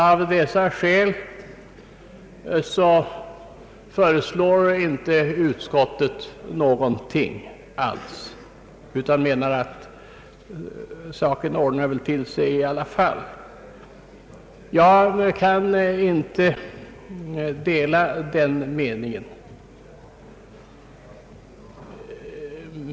Av dessa skäl föreslår inte utskottet någonting alls, utan anser att saken ordnar till sig i alla fall. Jag kan inte dela den meningen.